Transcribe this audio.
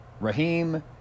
Raheem